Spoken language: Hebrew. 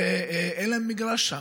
ואין להם מגרש שם,